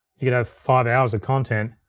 you could have five hours of content.